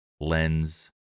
lens